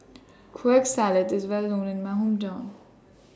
Kueh Salat IS Well known in My Hometown